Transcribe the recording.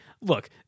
look